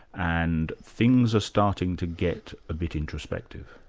and things are starting to get a bit introspective.